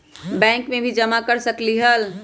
Bank में भी जमा कर सकलीहल?